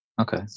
Okay